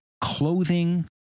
clothing